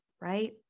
right